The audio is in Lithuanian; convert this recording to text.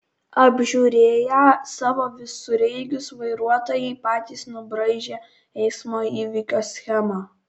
apžiūrėję savo visureigius vairuotojai patys nubraižė eismo įvykio schemą